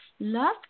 Love